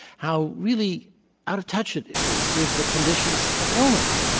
how really out of touch it it is with the conditions of illness.